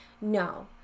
no